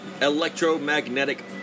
electromagnetic